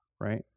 right